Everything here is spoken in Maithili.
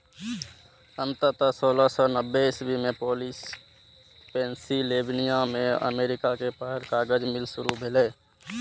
अंततः सोलह सय नब्बे इस्वी मे पेंसिलवेनिया मे अमेरिका के पहिल कागज मिल शुरू भेलै